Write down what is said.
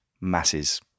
masses